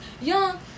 young